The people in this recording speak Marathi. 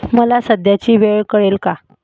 मला सध्याची वेळ कळेल का